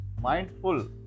mindful